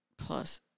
Plus